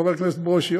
חבר הכנסת ברושי,